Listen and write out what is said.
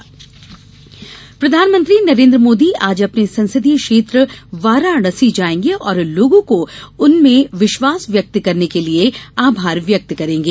मोदी वाराणसी प्रधानमंत्री नरेन्द्र मोदी आज अपने संसदीय क्षेत्र वाराणसी जाएंगे और लोगों को उनमें विश्वास व्यक्त करने के लिए आभार व्यंक्त करेंगे